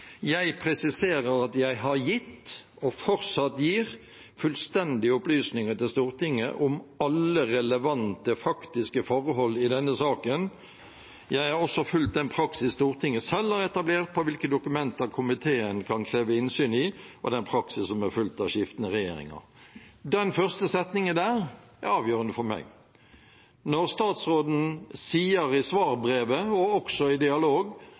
presiserer at jeg har gitt – og fortsatt gir – fullstendige opplysninger til Stortinget om alle relevante faktiske forhold i denne saken. Jeg har også fulgt den praksis Stortinget selv har etablert for hvilke dokumenter komiteen kan kreve innsyn i og den praksis som er fulgt av skiftende regjeringer.» Den første setningen der er avgjørende for meg. Når statsråden i svarbrevet og også i dialog